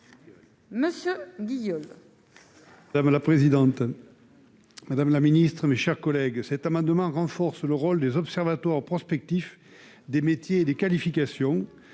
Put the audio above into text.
Monsieur Guillaume.